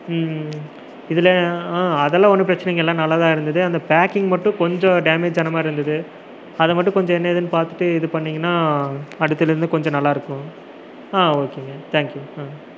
இதில் அதெல்லாம் ஒன்றும் பிரச்சினை இல்லை நல்லாதான் இருந்தது அந்த பேக்கிங் மட்டும் கொஞ்சம் டேமேஜ் ஆன மாதிரி இருந்தது அதைமட்டும் கொஞ்சம் என்ன ஏதுன்னு பார்த்துட்டு இது பண்ணுனீங்கனால் அடுத்ததிலேருந்து கொஞ்சம் நல்லா இருக்கும் ஆ ஒகேங்க தேங்க் யூ